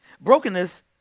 Brokenness